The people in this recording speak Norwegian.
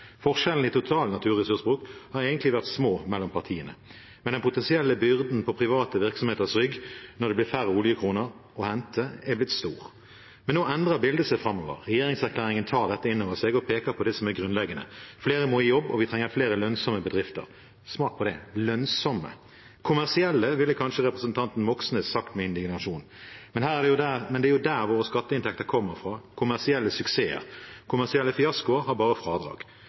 Forskjellene i total naturressursbruk har egentlig vært små mellom partiene, men den potensielle byrden på private virksomheters rygg når det blir færre oljekroner å hente, har blitt stor. Nå endrer bildet seg framover. Regjeringserklæringen tar dette inn over seg og peker på det grunnleggende: flere må i jobb, og vi trenger flere lønnsomme bedrifter. Smak på det. «Lønnsomme». «Kommersielle» ville kanskje representanten Moxnes sagt med indignasjon. Men der kommer våre skatteinntekter fra – kommersielle suksesser. Kommersielle fiaskoer har bare fradrag.